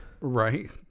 right